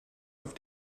auf